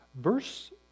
Verse